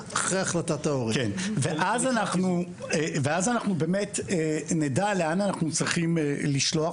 ואז אנחנו באמת נדע לאן אנחנו צריכים לשלוח,